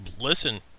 listen